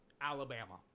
Alabama